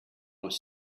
was